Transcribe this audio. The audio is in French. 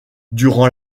durant